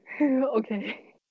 okay